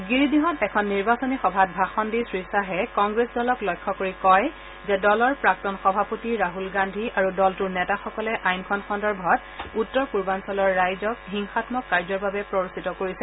গিৰিদিহত এখন নিৰ্বাচনী সভাত ভাষণ দি শ্ৰীখাহে কংগ্ৰেছ দলক লক্ষ্য কৰি কয় যে দলৰ প্ৰাক্তন সভাপতি ৰাছল গান্ধী আৰু দলটোৰ নেতাসকলে আইনখন সন্দৰ্ভত উত্তৰ পূৰ্বাঞ্চলৰ ৰাইজক হিংসামক কাৰ্যৰ বাবে প্ৰৰোচিত কৰিছে